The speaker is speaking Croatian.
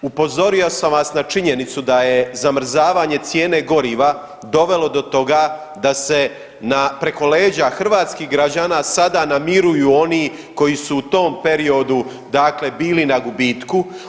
Upozorio sam vas na činjenicu da je zamrzavanje cijene goriva dovelo do toga da se na preko leđa hrvatskih građana sada namiruju oni koji su u tom periodu dakle bili na gubitku.